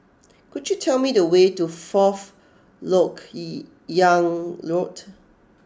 could you tell me the way to Fourth Lok Yang Road